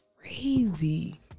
crazy